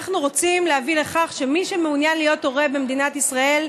אנחנו רוצים להביא לכך שמי שמעוניין להיות הורה במדינת ישראל,